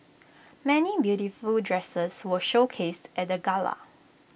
many beautiful dresses were showcased at the gala